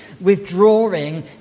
withdrawing